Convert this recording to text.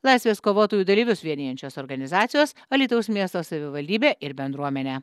laisvės kovotojų dalyvius vienijančios organizacijos alytaus miesto savivaldybė ir bendruomenė